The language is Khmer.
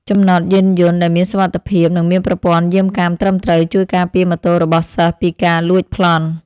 ចំណតយានយន្តដែលមានសុវត្ថិភាពនិងមានប្រព័ន្ធយាមកាមត្រឹមត្រូវជួយការពារម៉ូតូរបស់សិស្សពីការលួចប្លន់។